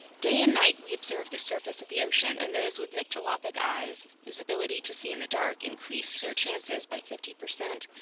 day and night we observed the surface of the ocean, and those with nyctalopic eyes, whose ability to see in the dark increased their chances by fifty percent,